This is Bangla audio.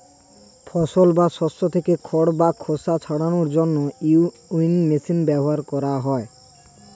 ফসল বা শস্য থেকে খড় বা খোসা ছাড়ানোর জন্য উইনউইং মেশিন ব্যবহার করা হয়